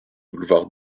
boulevard